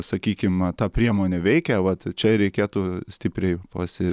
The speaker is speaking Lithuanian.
sakykim ta priemonė veikia vat čia ir reikėtų stipriai pasi